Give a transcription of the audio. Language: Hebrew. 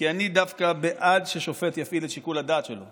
כי אני דווקא בעד ששופט יפעיל את שיקול הדעת שלו.